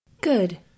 Good